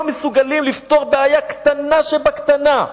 שלא מסוגלים לפתור בעיה קטנה שבקטנות,